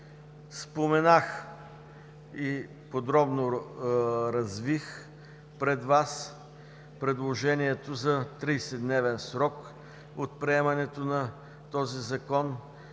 Споменах и подробно развих пред Вас предложението за 30-дневен срок от приемането на този Закон